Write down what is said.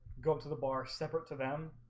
go to the bar separate to them